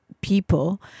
people